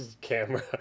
camera